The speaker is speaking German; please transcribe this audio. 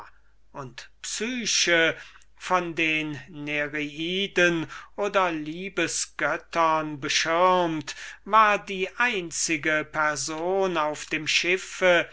und psyche von den nereiden oder liebes-göttern beschirmt war die einzige person auf dem schiffe